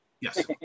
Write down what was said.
Yes